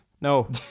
No